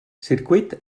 circuit